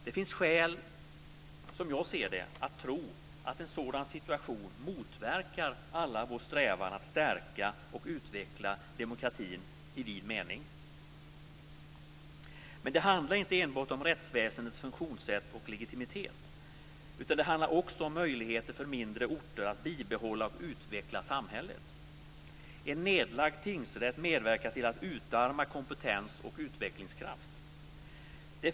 Som jag ser det finns det skäl tro att en sådan situation motverkar allas vår strävan att stärka och utveckla demokratin i vid mening. Men det handlar inte enbart om rättsväsendets funktionssätt och legitimitet, utan det handlar också om möjligheten för mindre orter att bibehålla och utveckla samhället. En nedlagd tingsrätt medverkar till att utarma kompetens och utvecklingskraft.